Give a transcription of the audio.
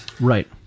Right